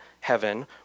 heaven